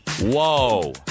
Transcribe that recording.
Whoa